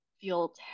feel